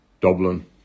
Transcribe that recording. Dublin